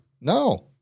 No